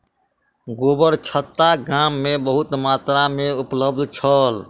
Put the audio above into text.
गोबरछत्ता गाम में बहुत मात्रा में उपलब्ध छल